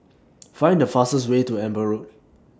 Find The fastest Way to Amber Road